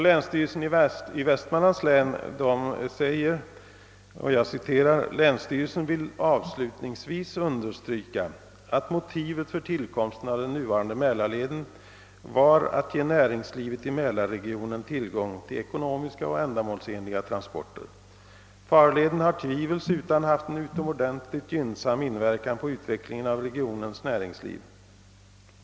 Länsstyrelsen i Västmanlands län anför bl.a.: »Länsstyrelsen vill avslutningsvis understryka att motivet för tillkomsten av den nuvarande Mälarleden var att ge näringslivet i Mälar regionen tillgång till ekonomiska och ändamålsenliga transporter. Farleden har tvivelsutan haft en utomordentligt gynnsam inverkan på utvecklingen av regicnens näringsliv.